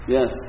Yes